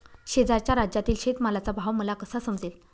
शेजारच्या राज्यातील शेतमालाचा भाव मला कसा समजेल?